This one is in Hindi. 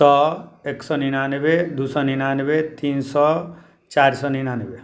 सौ एक सौ निन्यानवे दो सौ निन्यानवे तीन सौ चार सौ निन्यानवे